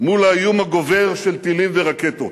מול האיום הגובר של טילים ורקטות.